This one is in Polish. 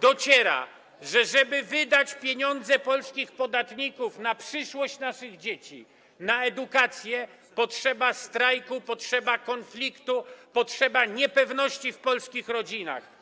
dociera, że żeby wydać pieniądze polskich podatników na przyszłość naszych dzieci, na edukację, potrzeba strajku, potrzeba konfliktu, potrzeba niepewności w polskich rodzinach.